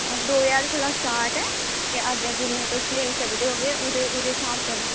आं दौ ज्हार कोला स्टार्ट ऐ ते अग्गें जिन्ने तुस लेई सकदे ओह्दे स्हाब कन्नै